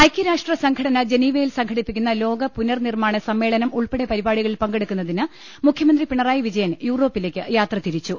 ഐക്യരാഷ്ട്ര സംഘടന ജനീവയിൽ സംഘടിപ്പിക്കുന്ന ലോക പുനർനിർമ്മാണ സമ്മേളനം ഉൾപ്പെടെ പരിപാടികളിൽ പങ്കെടു ക്കുന്നതിന് മുഖ്യമന്ത്രി പിണറായി വിജയൻ യൂറോപ്പിലേക്ക് യാത്ര തിരിച്ചു